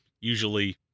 usually